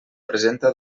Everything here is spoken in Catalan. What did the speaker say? presenta